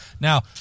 Now